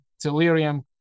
delirium